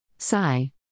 Sigh